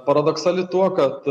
paradoksali tuo kad